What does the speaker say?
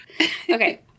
Okay